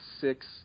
six